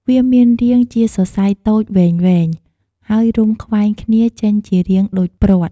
វាមានរាងជាសរសៃតូចវែងៗ ហើយរុំខ្វែងគ្នាចេញជារាងដូចព្រ័ត្រ។